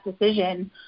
decision